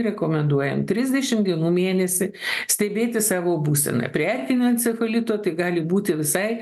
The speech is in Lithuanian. rekomenduojam trisdešim dienų mėnesį stebėti savo būseną prie erkinio encefalito tai gali būti visai